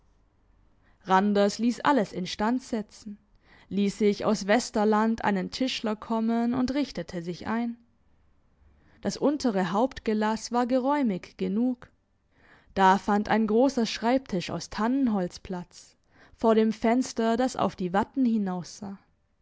randers liess alles instandsetzen liess sich aus westerland einen tischler kommen und richtete sich ein das untere hauptgelass war geräumig genug da fand ein grosser schreibtisch aus tannenholz platz vor dem fenster das auf die watten hinaussah